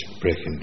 breaking